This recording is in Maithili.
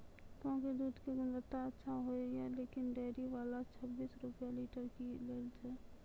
गांव के दूध के गुणवत्ता अच्छा होय या लेकिन डेयरी वाला छब्बीस रुपिया लीटर ही लेय छै?